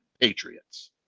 Patriots